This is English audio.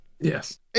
Yes